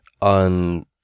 on